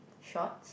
shorts